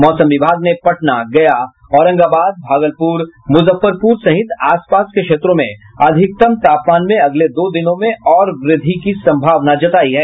मौसम विभाग ने पटना गया औरंगाबाद भागलपुर मुजफ्फरपुर सहित आस पास के क्षेत्रों में अधिकतम तापमान में अगले दो दिनों में और वृद्धि की सम्भावना जतायी है